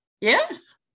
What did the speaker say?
Yes